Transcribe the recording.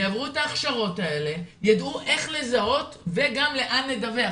יעברו את ההכשרות האלה וידעו איך לזהות וגם לאן לדווח.